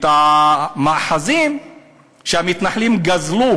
את המאחזים שהמתנחלים גזלו